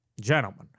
gentlemen